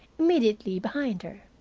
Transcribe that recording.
immediately behind her.